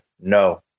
no